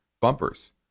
bumpers